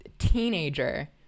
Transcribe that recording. teenager